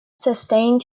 sustained